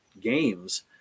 games